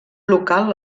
local